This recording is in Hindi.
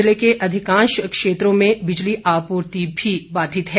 जिले के अधिकांश क्षेत्रों में बिजली आपूर्ति भी बाधित है